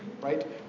Right